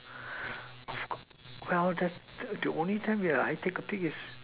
well that's the only time I take a peek is